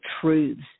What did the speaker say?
truths